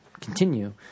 continue